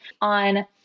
on